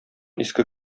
иске